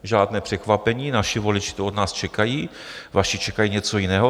Žádné překvapení, naši voliči to od nás čekají, vaši čekají něco jiného.